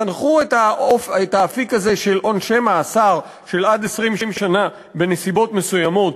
זנחו את האפיק הזה של עונשי מאסר של עד 20 שנה בנסיבות מסוימות